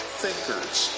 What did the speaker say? thinkers